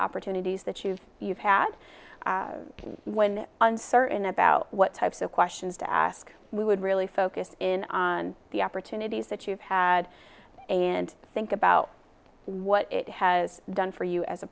opportunities that you've you've had when uncertain about what types of questions to ask we would really focus in on the opportunities that you've had a and think about what it has done for you as a